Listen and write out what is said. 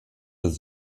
des